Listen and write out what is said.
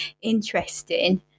interesting